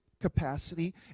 capacity